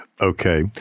Okay